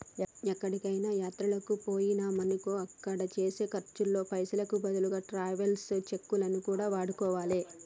ఎక్కడికైనా యాత్రలకు బొయ్యినమనుకో అక్కడ చేసే ఖర్చుల్లో పైసలకు బదులుగా ట్రావెలర్స్ చెక్కులను కూడా వాడుకోవాలే